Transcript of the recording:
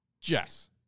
Jess